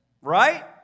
Right